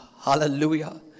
Hallelujah